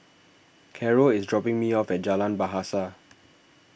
Carroll is dropping me off at Jalan Bahasa